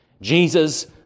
Jesus